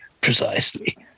Precisely